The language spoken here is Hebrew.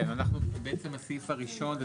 כן בעצם הסעיף הראשון.